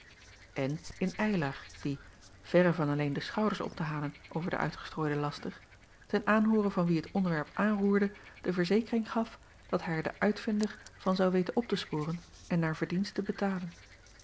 en in ylar die verre van alleen de schouders op te halen over den uitgestrooiden laster ten aanhoore van wie het onderwerp aanroerde de verzekering gaf dat hij er den uitvinder van zou weten op te sporen en naar verdienste betalen